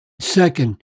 Second